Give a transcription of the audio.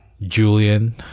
julian